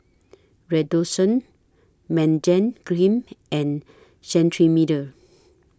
Redoxon Cream and Cetrimide